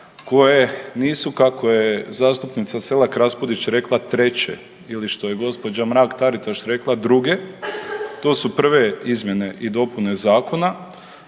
koje nisu kako je zastupnica Selak Raspudić rekla, treće ili što je g. Mrak-Taritaš rekla druge, to su prve izmjene i dopune Zakona